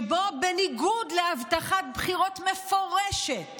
שבו בניגוד להבטחת בחירות מפורשת